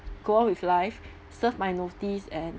go on with life serve my notice and